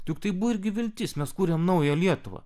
juk tai buvo irgi viltis mes kūrėm naują lietuvą